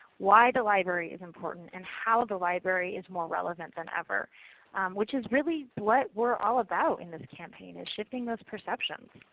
why the library is important and how the library is more relevant than ever which is really what we are all about in this campaign, is shifting those perceptions.